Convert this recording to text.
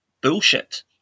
bullshit